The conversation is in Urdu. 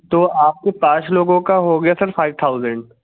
تو آپ کے پانچ لوگوں کا ہو گیا سر فائیو تھاؤزینڈ